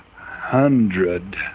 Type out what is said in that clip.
hundred